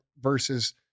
versus